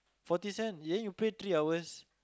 forty cent then you play three hours